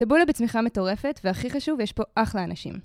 טאבולה בצמיחה מטורפת, והכי חשוב, יש פה אחלה אנשים.